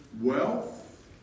wealth